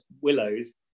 willows